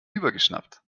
übergeschnappt